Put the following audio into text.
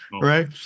right